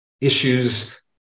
issues